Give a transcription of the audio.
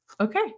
Okay